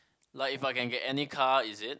like if I can get any car is it